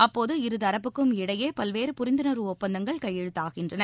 அப்போது இருதரப்புக்கும் இடையேபல்வேறு புரிந்துணர்வு ஒப்பந்தங்கள் கையெழுத்தாகின்றன